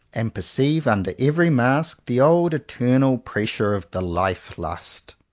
and perceive under every mask the old eternal pressure of the life-lust.